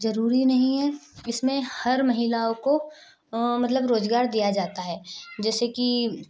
ज़रूरी नही है इसमें हर महिलाओं को मतलब रोज़गार दिया जाता है जैसे की